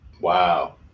Wow